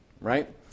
right